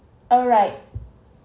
alright